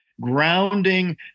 grounding